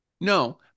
No